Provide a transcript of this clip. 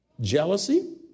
jealousy